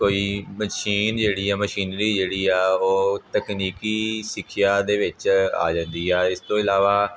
ਕੋਈ ਮਸ਼ੀਨ ਜਿਹੜੀ ਹੈ ਮਸ਼ੀਨਰੀ ਜਿਹੜੀ ਆ ਉਹ ਤਕਨੀਕੀ ਸਿੱਖਿਆ ਦੇ ਵਿੱਚ ਆ ਜਾਂਦੀ ਆ ਇਸ ਤੋਂ ਇਲਾਵਾ